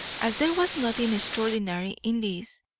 as there was nothing extraordinary in this,